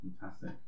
Fantastic